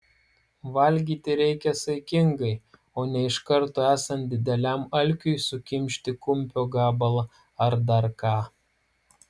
valgyti reikia saikingai o ne iš karto esant dideliam alkiui sukimšti kumpio gabalą ar dar ką